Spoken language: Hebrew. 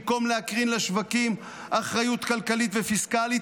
במקום להקרין לשווקים אחריות כלכלית ופיסקלית,